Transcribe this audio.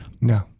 No